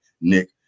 nick